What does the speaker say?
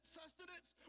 sustenance